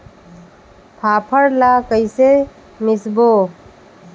फाफण ला कइसे मिसबो?